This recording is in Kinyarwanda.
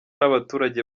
n’abaturage